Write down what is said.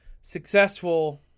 successful